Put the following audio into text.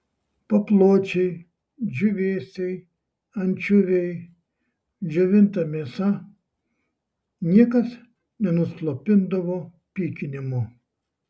papločiai džiūvėsiai ančiuviai džiovinta mėsa niekas nenuslopindavo pykinimo